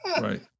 Right